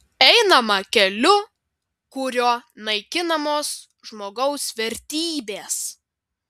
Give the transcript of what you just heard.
einama keliu kuriuo naikinamos žmogaus vertybės